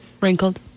wrinkled